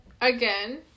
Again